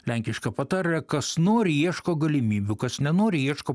lenkiška patarlė kas nori ieško galimybių kas nenori ieško